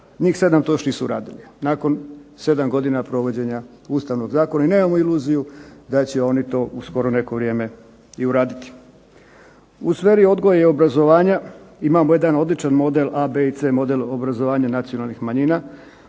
njih 7 to još nisu uradili, nakon 7 godina provođenja Ustavnog zakona i nemamo iluziju da će oni to u skoro neko vrijeme i uraditi. U sferi odgoja i obrazovanja imamo jedan odličan model, A, B i C model obrazovanja nacionalnih manjina.